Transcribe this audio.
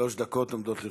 שלוש דקות עומדות לרשותך.